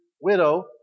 widow